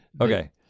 Okay